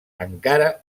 encara